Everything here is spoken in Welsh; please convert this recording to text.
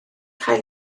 cael